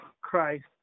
Christ